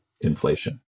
inflation